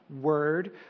word